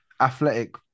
athletic